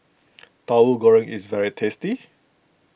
Tahu Goreng is very tasty